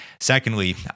Secondly